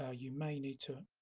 ah you may need to